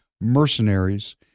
mercenaries